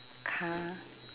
car